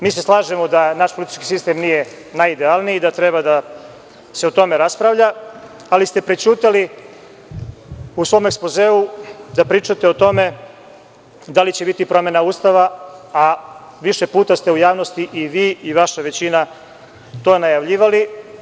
Mi se slažemo da naš politički sistem nije najidealniji i da treba da se o tome raspravlja, ali ste prećutali u svom ekspozeu da pričate o tome da li će biti promena Ustava, a više puta ste u javnosti i vi i vaša većina to najavljivali.